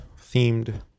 themed